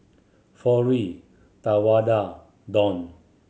Florie Tawanda Dawn